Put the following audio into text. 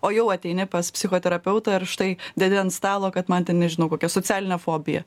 o jau ateini pas psichoterapeutą ir štai dedi ant stalo kad man ten nežinau kokia socialinė fobija